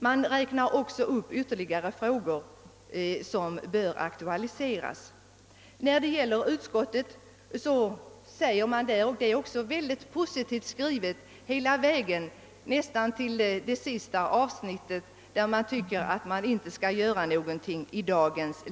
Man räknar också upp ytterligare frågor som bör aktualiseras. Även utskottet har skrivit mycket positivt hela vägen fram till sista avsnittet i utlåtandet, där utskottet förklarar att man inte bör göra någonting för dagen.